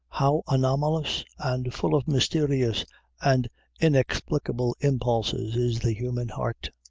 how anomalous, and full of mysterious and inexplicable impulses is the human heart!